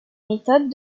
méthodes